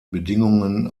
bedingungen